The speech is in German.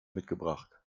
mitgebracht